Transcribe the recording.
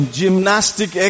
gymnastic